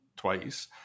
twice